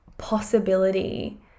Possibility